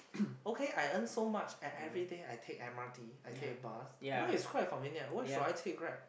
okay I earn so much and everyday I take m_r_t I take bus because it's quite convenient why should I take grab